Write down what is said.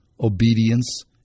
obedience